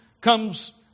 comes